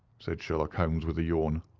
said sherlock holmes, with a yawn.